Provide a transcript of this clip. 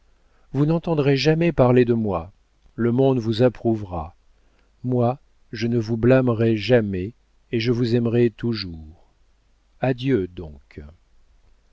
vous n'entendrez jamais parler de moi le monde vous approuvera moi je ne vous blâmerai jamais et je vous aimerai toujours adieu donc